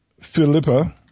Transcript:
Philippa